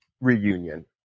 reunion